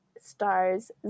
stars